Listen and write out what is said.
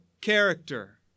character